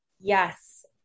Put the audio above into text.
Yes